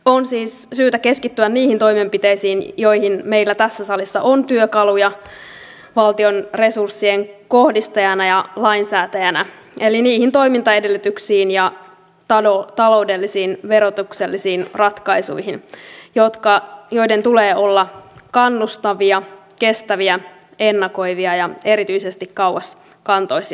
on siis syytä keskittyä niihin toimenpiteisiin joihin meillä tässä salissa on työkaluja valtion resurssien kohdistajana ja lainsäätäjänä eli niihin toimintaedellytyksiin ja taloudellisiin verotuksellisiin ratkaisuihin joiden tulee olla kannustavia kestäviä ennakoivia ja erityisesti kauaskantoisia